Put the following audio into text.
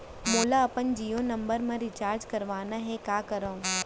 मोला अपन जियो नंबर म रिचार्ज करवाना हे, का करव?